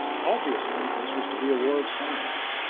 obviously, this was to be a war of science,